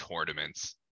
tournaments